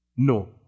No